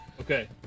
Okay